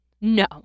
No